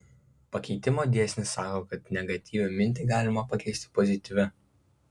pakeitimo dėsnis sako kad negatyvią mintį galima pakeisti pozityvia